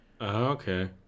okay